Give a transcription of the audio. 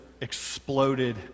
exploded